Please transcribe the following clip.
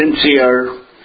sincere